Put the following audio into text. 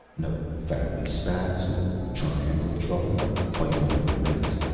no family spats, no triangle trouble, no fighting over mates.